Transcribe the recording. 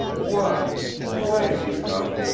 why why did you come?